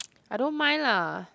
I don't mind lah